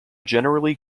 generally